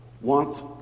wants